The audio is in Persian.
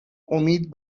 امید